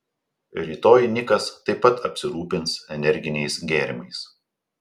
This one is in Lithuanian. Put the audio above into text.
rytoj nikas taip pat apsirūpins energiniais gėrimais